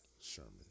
Sherman